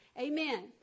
Amen